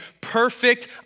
perfect